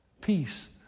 peace